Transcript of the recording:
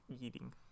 eating